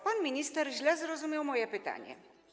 Pan minister źle zrozumiał moje pytanie.